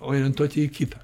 orientuoti į kitą